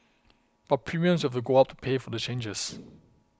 but premiums will have to go up to pay for the changes